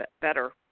better